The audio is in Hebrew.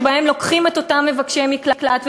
שבהן לוקחים את אותם מבקשי מקלט ומחליטים,